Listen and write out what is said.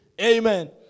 Amen